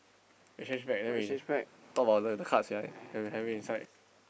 exchange back then we talk about the cards we are having having inside